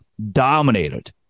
Dominated